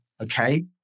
Okay